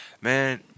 man